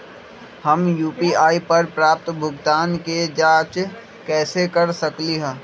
हम यू.पी.आई पर प्राप्त भुगतान के जाँच कैसे कर सकली ह?